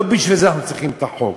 לא בשביל זה אנחנו צריכים את החוק.